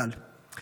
זיכרונו לברכה,